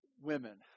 women